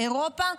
באירופה,